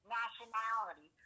nationality